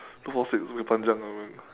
two four six bukit panjang